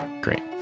Great